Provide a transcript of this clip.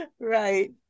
Right